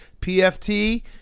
PFT